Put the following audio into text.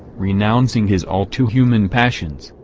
renouncing his all-too-human passions,